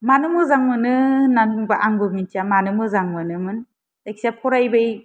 मानो मोजां मोनो होननानै बुंबा आंबो मिन्थिया मानो मोजां मोनोमोन जायखिया फरायबाय